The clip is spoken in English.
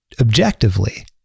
objectively